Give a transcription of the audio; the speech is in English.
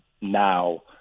now